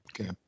Okay